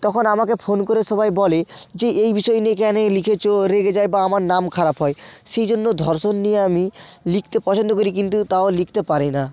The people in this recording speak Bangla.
তখন আমাকে ফোন করে সবাই বলে যে এই বিষয় নিয়ে কেন লিখেছ রেগে যায় বা আমার নাম খারাপ হয় সেই জন্য ধর্ষণ নিয়ে আমি লিখতে পছন্দ করি কিন্তু তাও লিখতে পারি না